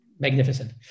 Magnificent